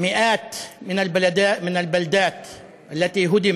נזכרים במאות היישובים שנהרסו